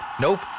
Nope